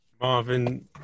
Marvin